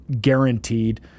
guaranteed